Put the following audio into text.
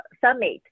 summit